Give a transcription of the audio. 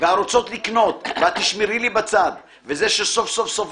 והרוצות לקנות / והתשמרי לי בצד/ וזה שסוף סוף סוף